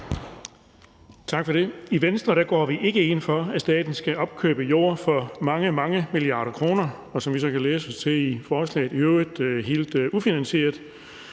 I Venstre går vi ikke ind for, at staten skal opkøbe jord for mange, mange milliarder kroner, som vi i øvrigt kan læse os til i forslaget er helt ufinansieret.